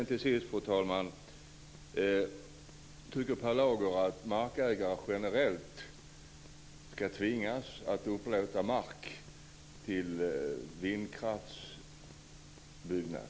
Till sist, fru talman: Tycker Per Lager att markägare generellt ska tvingas att upplåta mark till vindkraftsutbyggnad?